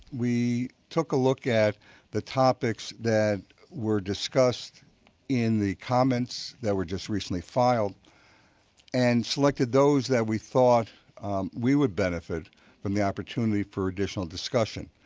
we took a look at the topics that were discussed in the comments that were just recently fimd and selected those that we thought we would benefit from the opportunity for additional discussion.